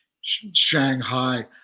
Shanghai